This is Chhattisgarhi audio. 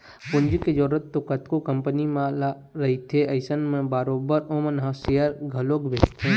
पूंजी के जरुरत तो कतको कंपनी मन ल रहिथे अइसन म बरोबर ओमन ह सेयर घलोक बेंचथे